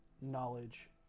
knowledge